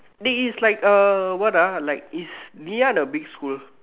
dey it's likes uh what ah like is Ngee-Ann a big school